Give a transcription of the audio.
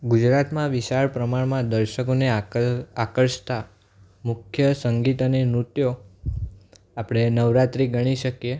ગુજરાતમાં વિશાળ પ્રમાણમાં દર્શકોને આકર્ષતા મુખ્ય સંગીત અને નૃત્યો આપણે નવરાત્રિ ગણી શકીએ